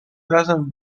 razem